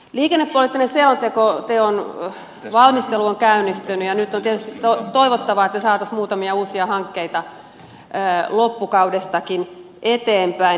liikennepoliittisen selonteon valmistelu on käynnistynyt ja nyt on tietysti toivottavaa että me saisimme muutamia uusia hankkeita loppukaudestakin eteenpäin